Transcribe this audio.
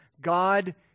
God